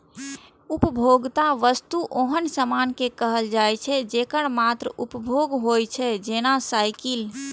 उपभोक्ता वस्तु ओहन सामान कें कहल जाइ छै, जेकर मात्र उपभोग होइ छै, जेना साइकिल